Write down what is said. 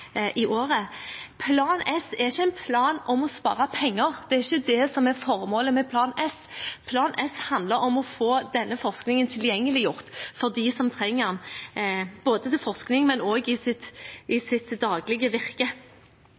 i året. Plan S er ikke en plan for å spare penger. Det er ikke det som er formålet med Plan S. Plan S handler om å få denne forskningen tilgjengeliggjort for dem som trenger den, ikke bare til forskning, men også i sitt daglige virke.